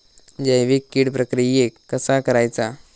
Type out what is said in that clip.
जैविक कीड प्रक्रियेक कसा करायचा?